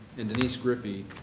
and denise griffey,